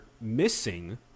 missing